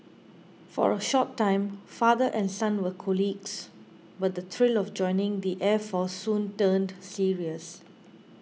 for a short time father and son were colleagues but the thrill of joining the air force soon turned serious